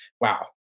Wow